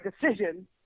decision